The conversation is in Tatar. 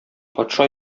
патша